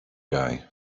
guy